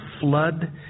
flood